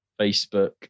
Facebook